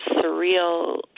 surreal